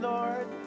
Lord